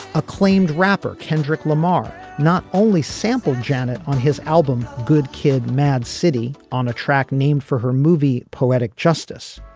acclaimed rapper kendrick lamar not only sampled janet on his album good kid mad city on a track named for her movie poetic justice